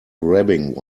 grabbing